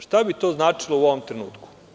Šta bi to značilo u ovom trenutku?